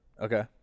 Okay